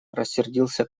рассердился